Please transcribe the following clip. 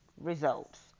results